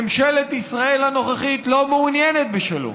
ממשלת ישראל הנוכחית לא מעוניינת בשלום.